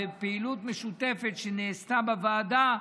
בפעילות משותפת שנעשתה בוועדה,